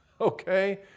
okay